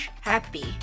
happy